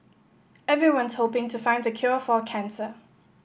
everyone's hoping to find the cure for cancer